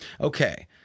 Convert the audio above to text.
Okay